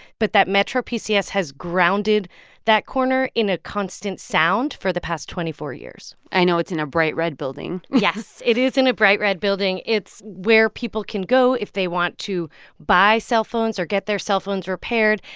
but that metro pcs has grounded that corner in a constant sound for the past twenty four years i know it's in a bright red building yes, it is in a bright red building. it's where people can go if they want to buy cellphones or get their cellphones repaired.